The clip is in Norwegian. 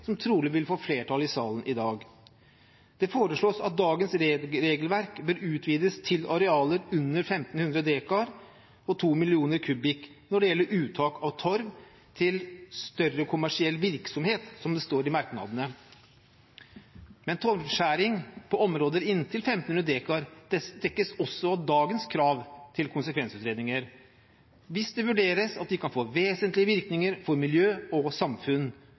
som trolig vil få flertall i salen i dag. Det foreslås at dagens regelverk bør utvides til arealer under 1 500 dekar og 2 mill. m3 når det gjelder uttak av torv «til større kommersiell virksomhet», som det står i merknadene. Men torvskjæring på områder inntil 1 500 dekar dekkes også av dagens krav til konsekvensutredninger hvis det vurderes at de kan få vesentlige virkninger for miljø og samfunn.